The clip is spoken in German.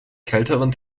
kälteren